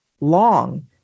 long